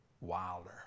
wilder